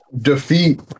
defeat